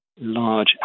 Large